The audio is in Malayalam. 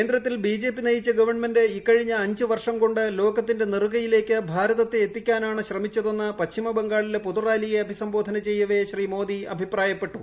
കേന്ദ്രത്തിൽ ബി ജെ പി നയിച്ച ഗവൺമെന്റ് ഇക്കഴിഞ്ഞ അഞ്ച് വർഷം കൊ ലോകത്തിന്റെ നെറുകയിലേക്ക് ഭാരത്തെ എത്തിക്കാനാണ് ശ്രമിച്ചതെന്ന് പശ്ചിമബംഗാളിലെ പൊതുറാലിയെ അഭിസംബോധന ചെയ്യവേ ശ്രീ മോദി അഭിപ്രായപ്പെട്ടു